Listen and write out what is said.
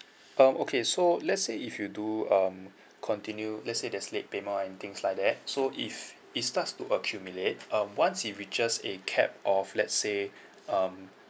um okay so let's say if you do um continue let's say there's late payment or any things like that so if it starts to accumulate um once it reaches a cap of let's say um